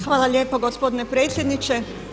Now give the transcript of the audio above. Hvala lijepo gospodine predsjedniče.